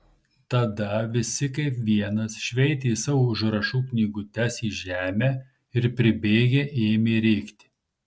tada visi kaip vienas šveitė savo užrašų knygutes į žemę ir pribėgę ėmė rėkti